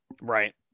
Right